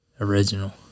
Original